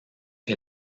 est